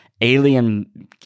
alien